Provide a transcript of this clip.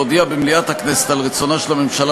להודיע במליאת הכנסת על רצונה של הממשלה